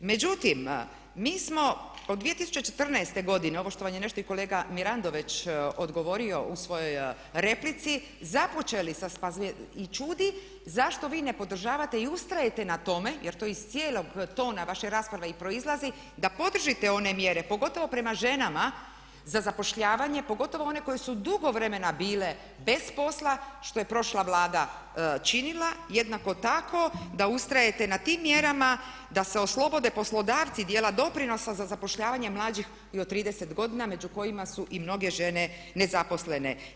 Međutim, mi smo od 2014. godine ovo što vam je nešto i kolega Mirando već odgovorio u svojoj replici započeli sa, pa i čudi zašto vi ne podržavate i ustrajete na tome, jer to iz cijelog tona vaše rasprave i proizlazi da podržite one mjere pogotovo prema ženama za zapošljavanje, pogotovo one koje su dugo vremena bile bez posla što je prošla Vlada činila, jednako tako da ustrajete na tim mjerama, da se oslobode poslodavci dijela doprinosa za zapošljavanje mlađih i od 30 godina među kojima su i mnoge žene nezaposlene.